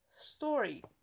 story